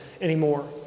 anymore